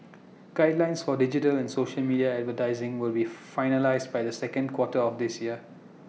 guidelines for digital and social media advertising will be finalised by the second quarter of this year